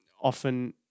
often